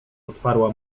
odparła